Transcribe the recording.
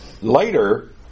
later